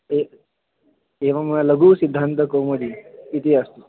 एतत् एवं लघुसिद्धान्तकौमुदी इति अस्ति